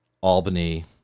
Albany